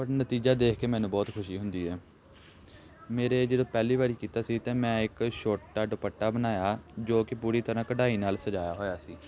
ਪਰ ਨਤੀਜਾ ਦੇਖ ਕੇ ਮੈਨੂੰ ਬਹੁਤ ਖੁਸ਼ੀ ਹੁੰਦੀ ਹੈ ਮੇਰੇ ਜਦੋਂ ਪਹਿਲੀ ਵਾਰੀ ਕੀਤਾ ਸੀ ਤਾਂ ਮੈਂ ਇੱਕ ਛੋਟਾ ਦੁਪੱਟਾ ਬਣਾਇਆ ਜੋ ਕਿ ਪੂਰੀ ਤਰ੍ਹਾਂ ਕਢਾਈ ਨਾਲ ਸਜਾਇਆ ਹੋਇਆ ਸੀ